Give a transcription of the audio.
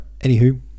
Anywho